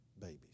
babies